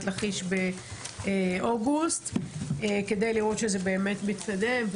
לכיש באוגוסט כדי לראות שזה באמת מתקדם.